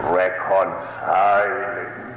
reconciling